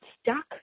stuck